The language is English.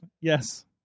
Yes